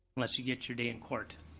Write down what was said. unless you get your day in court.